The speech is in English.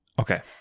Okay